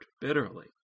bitterly